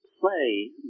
play